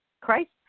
Christ